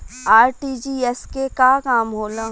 RTGS के का काम होला?